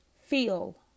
Feel